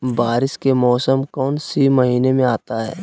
बारिस के मौसम कौन सी महीने में आता है?